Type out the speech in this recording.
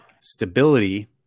stability